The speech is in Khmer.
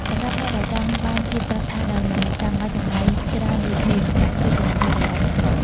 សម្រាប់អ្នកដែលចង់បានភាពស្រស់ស្អាតដោយមិនចាំបាច់ចំណាយច្រើនដូចមាស ប្រាក់គឺជាជម្រើសដ៏ល្អបំផុត។